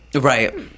Right